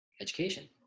education